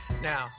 Now